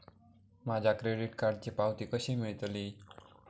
माझ्या क्रेडीट कार्डची पावती कशी मिळतली?